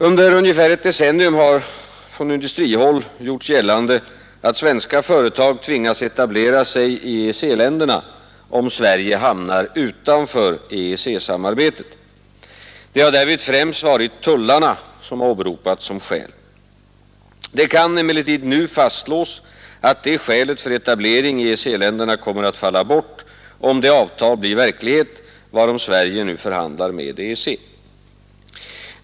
Under ungefär ett decennium har från industrihåll gjorts gällande att svenska företag tvingas etablera sig i EEC-länderna, om Sverige hamnar utanför EEC-samarbetet. Det har därvid främst varit tullarna som åberopats som skäl. Det kan emellertid nu fastslås, att det skälet för etablering i EEC-länderna kommer att falla bort, om det avtal blir verklighet, varom Sverige nu förhandlar med EEC.